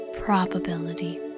probability